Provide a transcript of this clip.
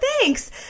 thanks